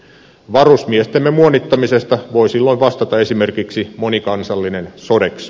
varusmiestemme muonittamisesta voi silloin vastata esimerkiksi monikansallinen sodexo